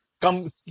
come